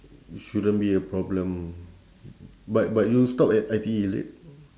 shouldn't be a problem but but you stop at I_T_E is it